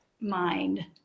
mind